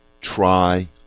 try